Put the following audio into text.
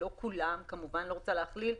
לא כולם כמובן, אני לא רוצה להכליל.